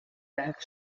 back